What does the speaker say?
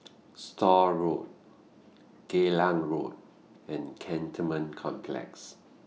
Stores Road Geylang Road and Cantonment Complex